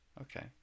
Okay